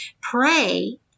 pray